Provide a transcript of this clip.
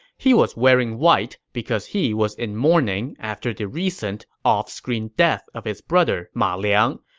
he was wearing white because he was in mourning after the recent off-screen death of his brother, ma liang,